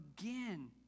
again